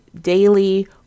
daily